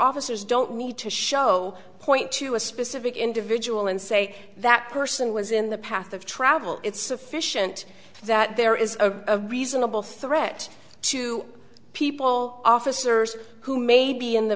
officers don't need to show point to a specific individual and say that person was in the path of travel it's sufficient that there is a reasonable threat to people officers who may be in the